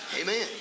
Amen